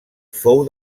fou